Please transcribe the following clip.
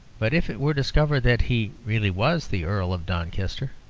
but if it were discovered that he really was the earl of doncaster,